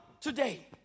today